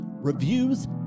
reviews